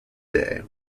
day